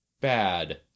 bad